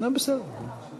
כי הממשלה החליטה,